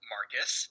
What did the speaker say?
Marcus